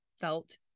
felt